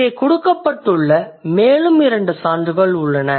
இங்கே கொடுக்கப்பட்டுள்ள மேலும் இரண்டு சான்றுகள் உள்ளன